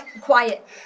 Quiet